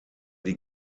die